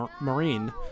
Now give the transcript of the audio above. marine